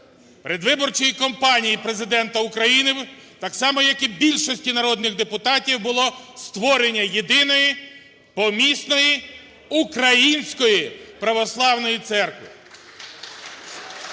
передвиборчої кампанії Президента України, так само як і більшості народних депутатів, було створення Єдиної Помісної Української Православної Церкви. (Оплески)